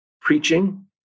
preaching